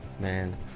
Man